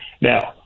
Now